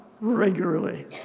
regularly